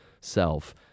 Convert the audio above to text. self—